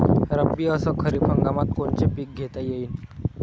रब्बी अस खरीप हंगामात कोनचे पिकं घेता येईन?